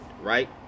Right